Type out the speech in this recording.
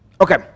Okay